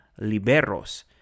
Liberos